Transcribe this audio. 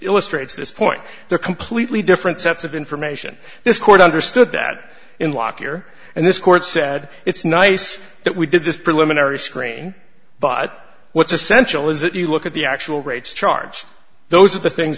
illustrates this point they're completely different sets of information this court understood that in lockyer and this court said it's nice that we did this preliminary screen but what's essential is that you look at the actual rates charged those are the things